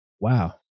Wow